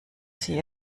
sie